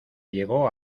llegó